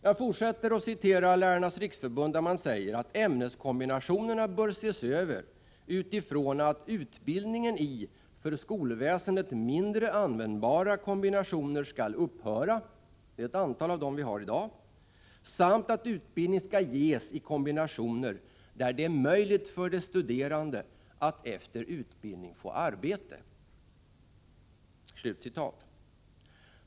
Jag fortsätter att referera till Lärarnas riksförbund, som säger att ämneskombinationerna bör ses över utifrån att ”utbildningen i för skolväsendet mindre användbara kombinationer skall upphöra” — dvs. ett antal av dem vi har i dag — samt att utbildning skall ges i kombinationer där det är möjligt för de studerande att efter utbildning få arbete”.